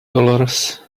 dollars